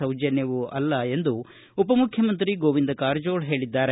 ಸೌಜನ್ಗವೂ ಅಲ್ಲ ಎಂದು ಉಪ ಮುಖ್ಯಮಂತ್ರಿ ಗೋವಿಂದ ಕಾರಜೋಳ ಹೇಳಿದ್ದಾರೆ